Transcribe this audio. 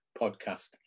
podcast